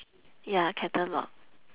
ya catalogue